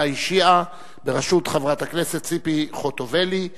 האשה בראשות חברת הכנסת ציפי חוטובלי,